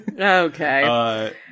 okay